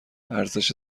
ارزش